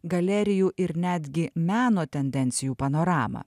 galerijų ir netgi meno tendencijų panoramą